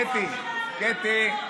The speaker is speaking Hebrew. קטי,